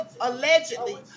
allegedly